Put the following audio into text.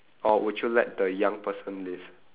or would you let the young person live